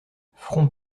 front